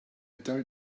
don’t